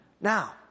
Now